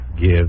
Give